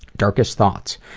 darkest thoughts?